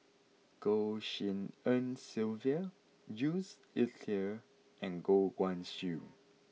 Goh Tshin En Sylvia Jules Itier and Goh Guan Siew